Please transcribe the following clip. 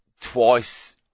twice